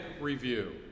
review